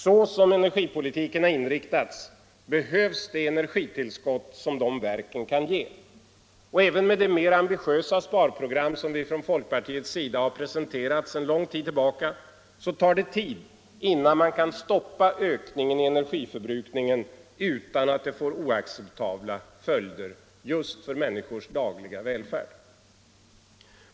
Så som energipolitiken har inriktats behövs det energitillskott som de verken kan ge. Även med det mera ambitiösa sparprogram som folkpartiet har presenterat sedan någon tid tillbaka tar det tid innan man kan stoppa ökningen av energiförbrukningen utan att det får oacceptabla följder för människornas dagliga välfärd.